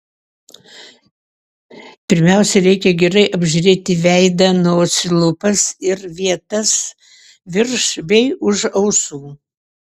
pirmiausia reikia gerai apžiūrėti veidą nosį lūpas ir vietas virš bei už ausų